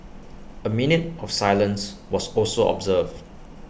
A minute of silence was also observed